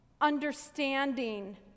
understanding